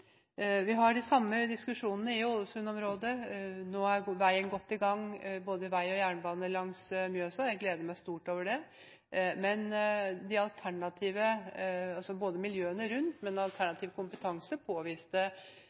Vi har de samme diskusjonene i Ålesund-området. Nå er veien godt i gang, og både vei og jernbane langs Mjøsa. Jeg gleder meg stort over det, men både miljøene rundt og alternativ kompetanse påviste